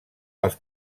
els